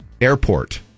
airport